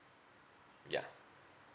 yeah